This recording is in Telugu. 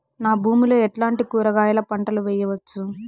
నా భూమి లో ఎట్లాంటి కూరగాయల పంటలు వేయవచ్చు?